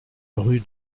rue